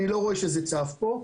אני לא רואה שזה צף פה.